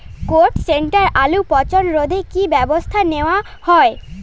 Cold স্টোরে আলুর পচন রোধে কি ব্যবস্থা নেওয়া হয়?